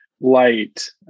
light